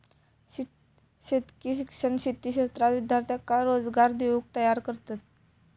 शेतकी शिक्षण शेती क्षेत्रात विद्यार्थ्यांका रोजगार देऊक तयार करतत